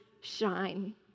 shine